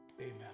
Amen